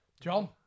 John